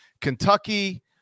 Kentucky